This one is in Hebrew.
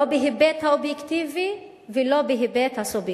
לא בהיבט האובייקטיבי ולא בהיבט הסובייקטיבי.